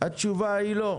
התשובה היא לא.